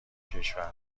کشور